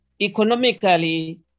economically